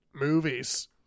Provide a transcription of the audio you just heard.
movies